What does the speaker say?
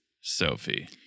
Sophie